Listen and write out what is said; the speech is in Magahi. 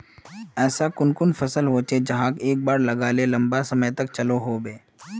ऐसा कुन कुन फसल होचे जहाक एक बार लगाले लंबा समय तक चलो होबे?